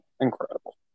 incredible